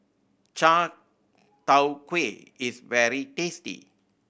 chai tow kway is very tasty